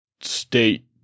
state